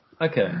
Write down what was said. Okay